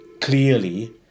clearly